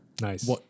Nice